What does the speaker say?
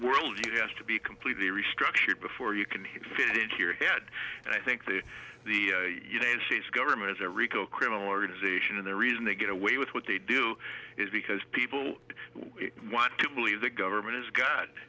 world yes to be completely restructured before you can hit fit into your head and i think the united states government is a rico criminal organization and the reason they get away with what they do is because people want to believe the government is god